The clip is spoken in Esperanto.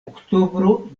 oktobro